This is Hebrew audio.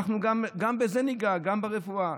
גם בזה ניגע, גם ברפואה.